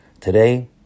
Today